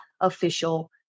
official